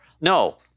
No